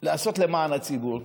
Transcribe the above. לעשות למען הציבור.